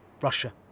Russia